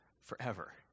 forever